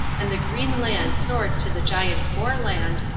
and the green land soared to the giant foreland,